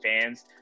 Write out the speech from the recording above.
fans